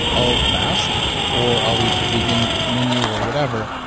i'll fast or i'll eat the vegan menu or whatever.